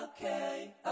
okay